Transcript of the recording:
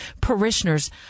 parishioners